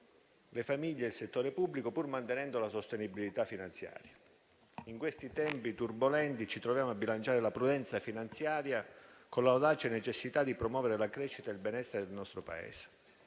le famiglie e il settore pubblico, pur mantenendo la sostenibilità finanziaria. In questi tempi turbolenti, ci troviamo a bilanciare la prudenza finanziaria con l'audace necessità di promuovere la crescita e il benessere del nostro Paese.